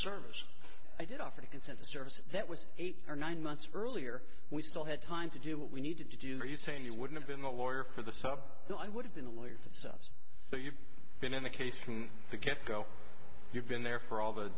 service i did offer consent a service that was eight or nine months earlier we still had time to do what we needed to do are you saying you wouldn't have been the lawyer for the sub no i would have been a lawyer themselves but you've been in the case from the get go you've been there for all the